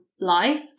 life